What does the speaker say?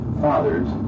fathers